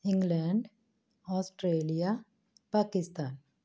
England Australia Pakistan